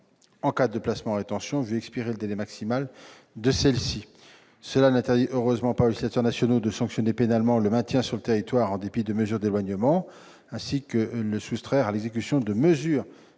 en cas de placement en rétention, n'a pas vu expirer la durée maximale de celle-ci. Ce dispositif n'interdit heureusement pas aux législateurs nationaux de sanctionner pénalement le maintien sur le territoire en dépit d'une mesure d'éloignement, ainsi que le fait de se soustraire à l'exécution d'une